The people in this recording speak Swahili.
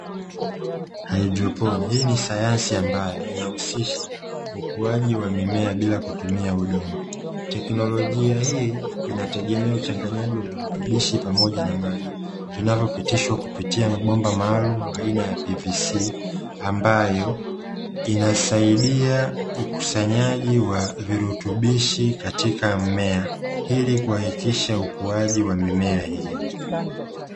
Haidroponi: hii ni sayansi ambayo inahusisha ukuaji wa mimea bila kutumia udongo, teknolojia hii inategemea uchanganyaji wa virutubishi pamoja na maji, vinavyopitishwa kupitia mabomba maalumu aina ya 'pvc' ambayo inasaidia ukusanyaji wa virutubishi katika mmea ili kuhakikisha ukuaji wa mimea hiyo.